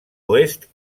oest